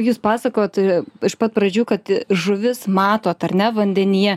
jūs pasakot iš pat pradžių kad žuvis matot ar ne vandenyje